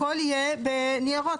הכול יהיה בניירות.